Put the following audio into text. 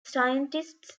scientists